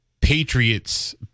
Patriots